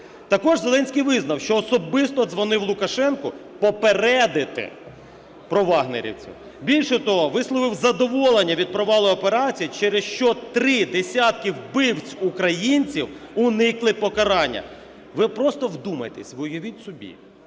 Також Зеленський визнав, що особисто дзвонив Лукашенку, попередити по "вагнерівців". Більше того, висловив задоволення від провалу операції, через що 3 десятки вбивць українців уникли покарання. Ви просто вдумайтесь, ви уявіть собі: